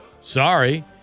Sorry